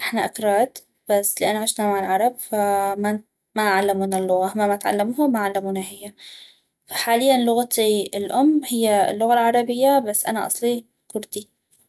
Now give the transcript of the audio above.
احنا اكراد بس لان عشنا مع العرب فما علمونا اللغة ما تعلموها وما علمونا هي حالياً لغتي الام هي اللغة العربية بس انا اصلي كردي